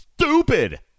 stupid